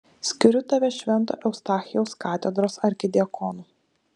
skiriu tave švento eustachijaus katedros arkidiakonu